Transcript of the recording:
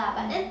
mm